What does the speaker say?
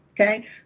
okay